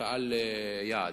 לקהל יעד: